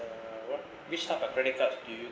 what which type of credit cards do you